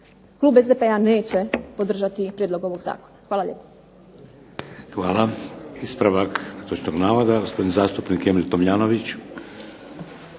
klub SDP-a neće podržati prijedlog ovog zakona. Hvala lijepo. **Šeks, Vladimir (HDZ)** Hvala. Ispravak netočnog navoda, gospodin zastupnik Emil Tomljanović.